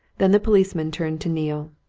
then the policeman turned to neale.